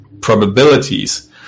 probabilities